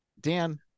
Dan